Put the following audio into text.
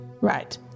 Right